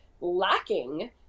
lacking